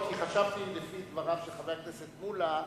כי חשבתי לפי דבריו של חבר הכנסת מולה,